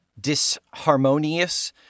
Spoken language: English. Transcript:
disharmonious